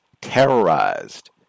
terrorized